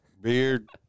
beard